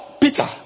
Peter